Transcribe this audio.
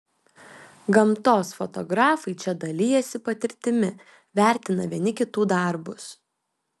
gamtos fotografai čia dalijasi patirtimi vertina vieni kitų darbus